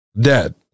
dead